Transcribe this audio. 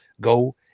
go